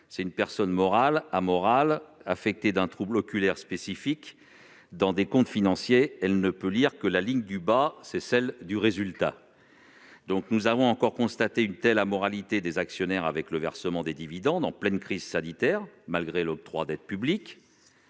:« Personne morale amorale, affectée d'un trouble oculaire spécifique : dans des comptes financiers, elle ne peut lire que la ligne du bas, celle du résultat. » Nous avons encore constaté cette amoralité des actionnaires avec le versement des dividendes en pleine crise sanitaire, malgré l'octroi d'aides publiques.